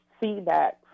feedback